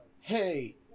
hey